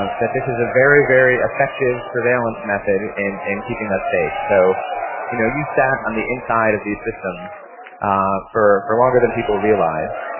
ah this is a very, very effective surveillance method in and keeping us safe. so you know you sat on the inside of these systems for for longer than people realize.